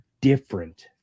different